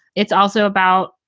it's also about,